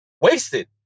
wasted